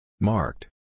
Marked